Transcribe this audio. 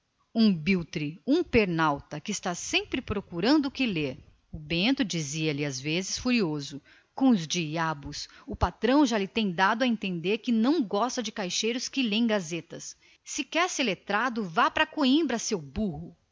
um grande biltre um peralta que estava sempre procurando o que ler o bento cordeiro bradava lhe às vezes furioso com os diabos o patrão já lhe tem dado a entender que não gosta de caixeiros amigos de gazeta se você quer ser letrado vá pra coimbra seu burro